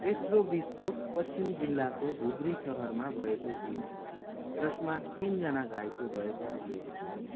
तेस्रो विष्फोट पश्चिम जिल्लाको धुब्री सहरमा भएको थियो जसमा तिनजना घाइते भएका थिए